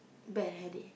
bad hair day